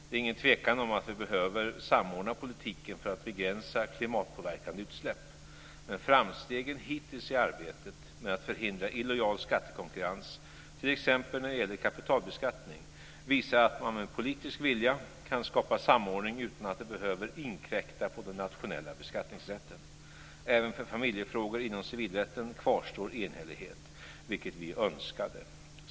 Det är ingen tvekan om att vi behöver samordna politiken för att begränsa klimatpåverkande utsläpp, men framstegen hittills i arbetet med att förhindra illojal skattekonkurrens, t.ex. när det gäller kapitalbeskattning, visar att man med politisk vilja kan skapa samordning utan att det behöver inkräkta på den nationella beskattningsrätten. Även för familjefrågor inom civilrätten kvarstår enhällighet, vilket vi önskade.